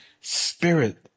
spirit